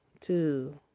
two